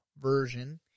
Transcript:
version